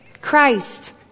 Christ